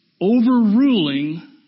overruling